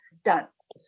stunts